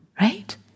Right